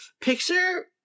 Picture